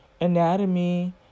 anatomy